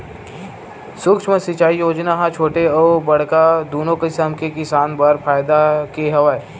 सुक्ष्म सिंचई योजना ह छोटे अउ बड़का दुनो कसम के किसान बर फायदा के हवय